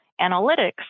Analytics